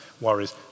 worries